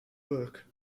burke